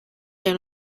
down